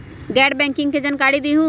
गैर बैंकिंग के जानकारी दिहूँ?